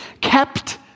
kept